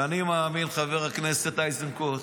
חבר הכנסת איזנקוט,